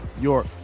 York